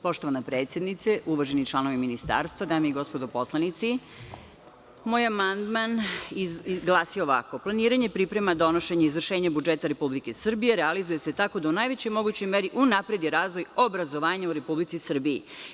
Poštovana predsednice, uvaženi članovi ministarstva, dame i gospodo narodni poslanici, moj amandman glasi ovako – planiranje, priprema, donošenje, izvršenje budžeta Republike Srbije realizuje se tako da u najvećoj mogućoj meri unapredi razvoj obrazovanja u Republici Srbiji.